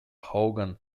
hogan